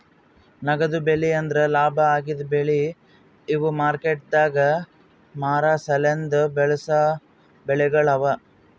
ನಗದು ಬೆಳಿ ಅಂದುರ್ ಲಾಭ ಆಗದ್ ಬೆಳಿ ಇವು ಮಾರ್ಕೆಟದಾಗ್ ಮಾರ ಸಲೆಂದ್ ಬೆಳಸಾ ಬೆಳಿಗೊಳ್ ಅವಾ